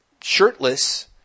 shirtless